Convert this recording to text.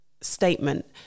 Statement